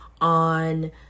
on